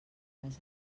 les